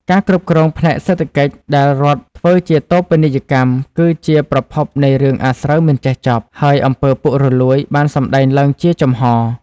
ការគ្រប់គ្រងផ្នែកសេដ្ឋកិច្ចដែលរដ្ឋធ្វើជាតូបនីយកម្មគឺជាប្រភពនៃរឿងអាស្រូវមិនចេះចប់ ហើយអំពើពុករលួយបានសម្តែងឡើងជាចំហ។